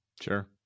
Sure